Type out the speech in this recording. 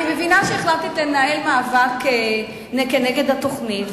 אני מבינה שהחלטת לנהל מאבק כנגד התוכנית,